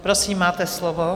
Prosím, máte slovo.